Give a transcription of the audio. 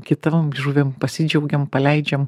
kitom žuvim pasidžiaugiam paleidžiam